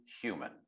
human